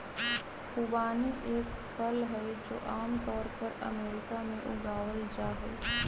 खुबानी एक फल हई, जो आम तौर पर अमेरिका में उगावल जाहई